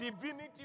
divinity